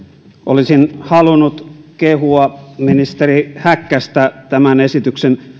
olisin halunnut kehua ministeri häkkästä tämän esityksen